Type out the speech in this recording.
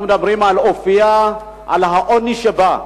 אנחנו מדברים על אופיה, על העוני שבה.